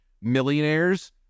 millionaires